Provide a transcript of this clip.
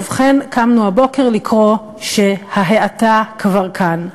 ובכן, קמנו הבוקר לקרוא שההאטה כבר כאן.